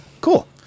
Cool